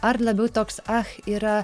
ar labiau toks ach yra